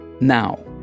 Now